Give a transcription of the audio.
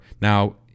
Now